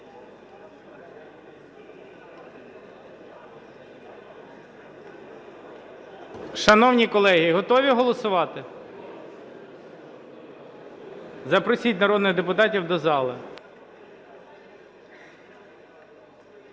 Шановні колеги, готові голосувати? Запросіть народних депутатів до зали.